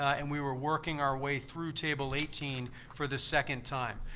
and we were working our way through table eighteen, for the second time.